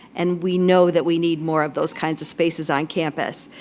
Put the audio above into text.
and we know that we need more of those kinds of spaces on campus.